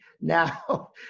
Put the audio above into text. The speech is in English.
Now